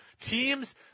Teams